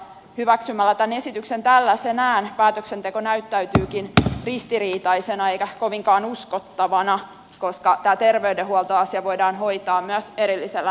jos tämä esitys hyväksytään tällaisenaan päätöksenteko näyttäytyykin ristiriitaisena eikä kovinkaan uskottavana koska tämä terveydenhuoltoasia voidaan hoitaa myös erillisellä terveydenhuoltomaksulla